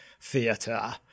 theatre